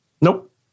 Nope